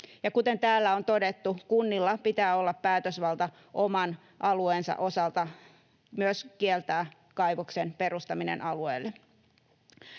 kuten täällä on todettu, kunnilla pitää olla päätösvalta oman alueensa osalta myös kieltää kaivoksen perustaminen alueelle.